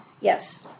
Yes